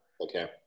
Okay